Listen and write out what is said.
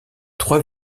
trois